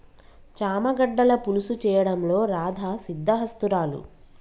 చామ గడ్డల పులుసు చేయడంలో రాధా సిద్దహస్తురాలు